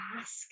ask